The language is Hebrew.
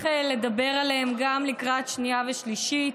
לדבר עליהם גם לקראת שנייה ושלישית,